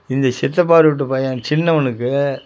இந்த சித்தப்பா வீட்டு பையன் சின்னவனுக்கு